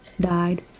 died